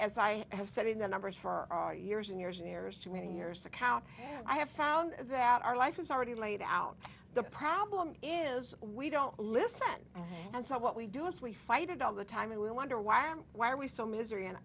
as i have said in the numbers for our years and years and years too many years to count i have found that our life is already laid out the problem is we don't listen and so what we do is we fight it all the time and we wonder why and why are we so miser